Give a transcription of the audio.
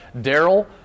Daryl